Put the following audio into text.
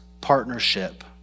partnership